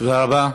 תודה רבה.